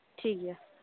ᱴᱷᱤᱠ ᱜᱮᱭᱟ